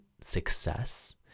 success